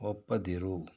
ಒಪ್ಪದಿರು